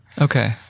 Okay